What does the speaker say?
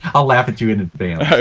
i'll laugh at you in advance.